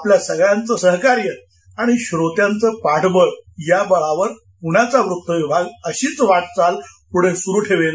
आपलं सगळ्यांच सहकार्य आणि श्रोत्यांचं पाठबळ या बळावर प्ण्याचा वृत्त विभाग अशीच वाटचाल पुढे सुरू ठेवेल